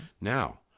Now